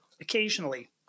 occasionally